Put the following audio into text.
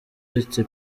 uretse